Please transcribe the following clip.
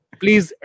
please